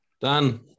Dan